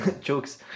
jokes